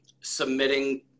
submitting